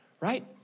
right